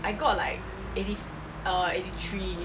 I got like eighty err eighty three